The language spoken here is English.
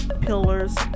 pillars